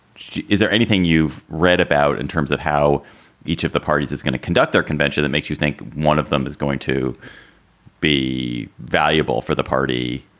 is there anything you've read about in terms of how each of the parties is going to conduct their convention? that makes you think one of them is going to be valuable for the party,